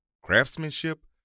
Craftsmanship